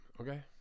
Okay